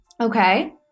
Okay